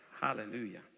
Hallelujah